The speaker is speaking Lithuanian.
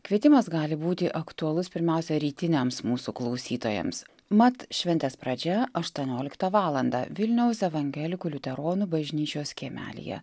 kvietimas gali būti aktualus pirmiausia rytiniams mūsų klausytojams mat šventės pradžia aštuonioliktą valandą vilniaus evangelikų liuteronų bažnyčios kiemelyje